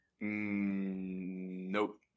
Nope